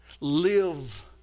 Live